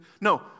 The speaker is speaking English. No